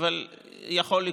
אבל זה יכול לקרות.